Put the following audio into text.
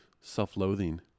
self-loathing